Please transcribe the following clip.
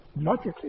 Logically